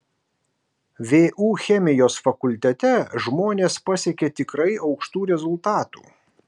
vu chemijos fakultete žmonės pasiekė tikrai aukštų rezultatų